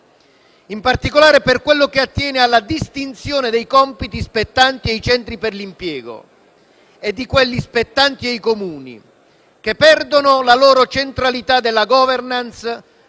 in particolare per quello che attiene alla distinzione tra i compiti spettanti ai centri per l'impiego e quelli spettanti ai Comuni, che perdono la loro centralità nella *governance*